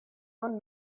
own